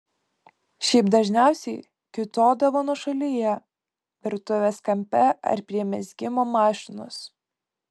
šiaip dažniausiai kiūtodavo nuošalyje virtuvės kampe ar prie mezgimo mašinos